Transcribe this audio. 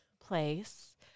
place